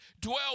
dwell